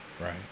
right